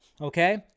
Okay